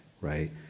right